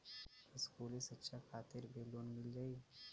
इस्कुली शिक्षा खातिर भी लोन मिल जाई?